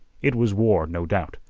it was war, no doubt,